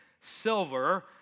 silver